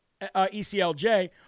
ECLJ